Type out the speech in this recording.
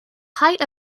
height